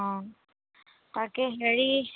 অঁ তাকে হেৰি